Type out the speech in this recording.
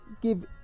Give